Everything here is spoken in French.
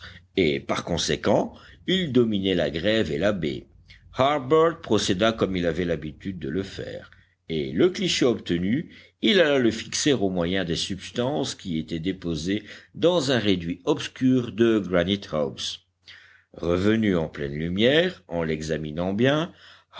et par conséquent il dominait la grève et la baie harbert procéda comme il avait l'habitude de le faire et le cliché obtenu il alla le fixer au moyen des substances qui étaient déposées dans un réduit obscur de granite house revenu en pleine lumière en l'examinant bien